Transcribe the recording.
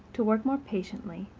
to work more patiently,